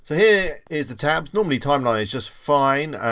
here is the tabs. normally timeline is just fine.